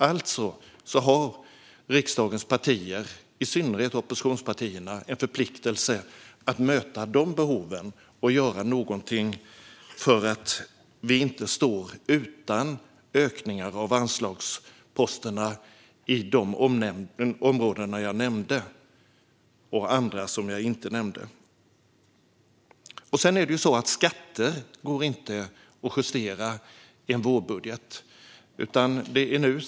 Alltså har riksdagens partier, i synnerhet oppositionspartierna, en förpliktelse att möta de behoven och göra något för att vi inte ska stå utan ökningar av anslagsposterna på de områden jag nämnde, och andra som jag inte nämnde. Skatter går inte att justera i en vårbudget.